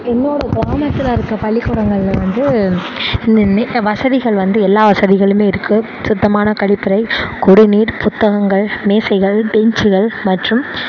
என்னோட கிராமத்தில் இருக்க பள்ளிக்கூடங்களில் வந்து நினைத்த வசதிகள் எல்லா வசதிகளுமே இருக்குது சுத்தமான கழிப்பறை குடிநீர் புத்தகங்கள் மேசைகள் பெஞ்சுகள் மற்றும்